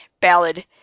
ballad